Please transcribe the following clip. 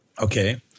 Okay